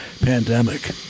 pandemic